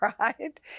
right